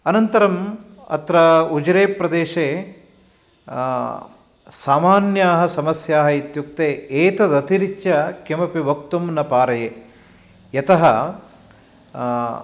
अनन्तरम् अत्र उजिरेप्रदेशे सामान्याः समस्याः इत्युक्ते एतदतिरिच्य किमपि वक्तुं न पारये यतः